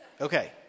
Okay